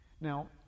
Now